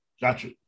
Gotcha